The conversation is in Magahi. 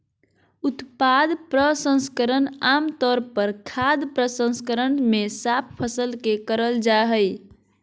उत्पाद प्रसंस्करण आम तौर पर खाद्य प्रसंस्करण मे साफ फसल के करल जा हई